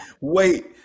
wait